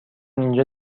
اینجا